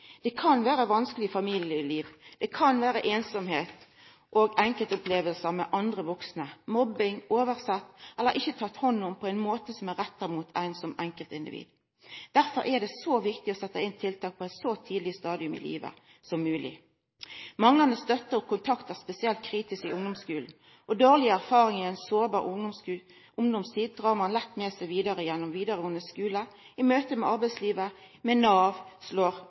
Det kan vera eit vanskeleg familieliv, einsemd, enkeltopplevingar med andre vaksne, mobbing, å ha blitt oversett eller ikkje teke hand om på ein måte som er retta mot ein som enkeltindivid. Derfor er det viktig å setja inn tiltak på eit så tidleg stadium i livet som mogleg. Manglande støtte og kontakt er spesielt kritisk i ungdomsskulen. Undersøkinga slår fast at ein lett drar med seg dårlege erfaringar i ei sårbar ungdomstid vidare gjennom vidaregåande skule, i møte med arbeidslivet og med Nav.